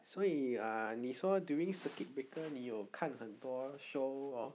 所以 ah 你说 during circuit breaker 你有看很多 show hor